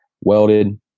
welded